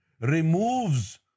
removes